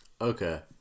Okay